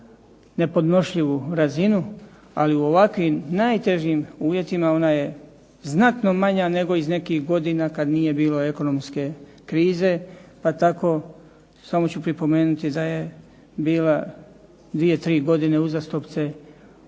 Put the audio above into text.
jednu nepodnošljivu razinu. Ali u ovakvim najtežim uvjetima ona je znatno manja nego iz nekih godina kad nije bilo ekonomske krize. Pa tako samo ću pripomenuti da je bila dvije, tri godine uzastopce i